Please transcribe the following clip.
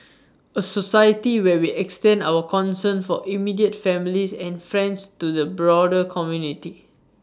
A society where we extend our concern for immediate families and friends to the broader community